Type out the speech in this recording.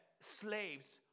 slaves